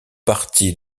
partie